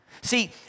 See